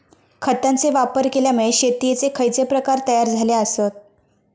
खतांचे वापर केल्यामुळे शेतीयेचे खैचे प्रकार तयार झाले आसत?